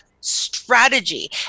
strategy